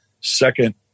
second